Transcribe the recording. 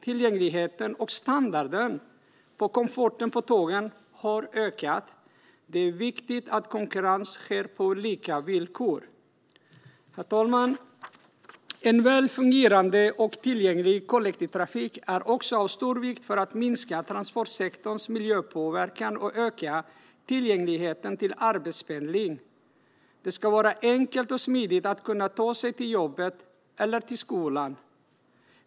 Tillgängligheten och standarden på komforten på tågen har ökat. Det är viktigt att konkurrens sker på lika villkor. Herr talman! En väl fungerande och tillgänglig kollektivtrafik är också av stor vikt för att minska transportsektorns miljöpåverkan och för att öka tillgängligheten till arbetspendling. Det ska vara enkelt och smidigt att kunna ta sig till jobbet eller till skolan.